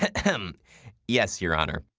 cough um yes, your honor.